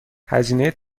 هزینه